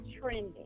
trending